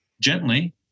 gently